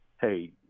hey